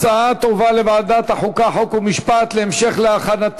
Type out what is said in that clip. התשע"ו 2016, לוועדת החוקה, חוק ומשפט נתקבלה.